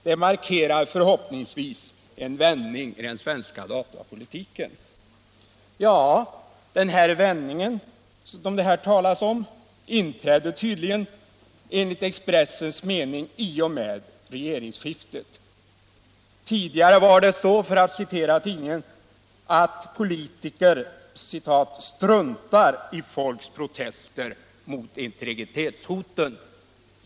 Det markerar förhoppningsvis en vändning i den svenska datapolitiken.” Den vändning som det här talas om inträdde enligt Expressens mening tydligen i och med regeringsskiftet. Förut var det så att politiker, för att citera tidningen, ”struntar i folks protester mot integritetshoten”.